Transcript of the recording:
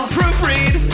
Proofread